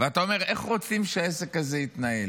ואתה אומר: איך רוצים שהעסק הזה יתנהל?